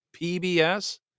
pbs